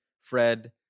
Fred